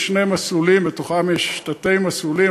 אלה שני מסלולים שבתוכם יש תת-מסלולים,